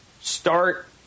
start